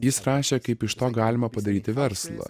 jis rašė kaip iš to galima padaryti verslą